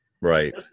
Right